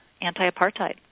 anti-apartheid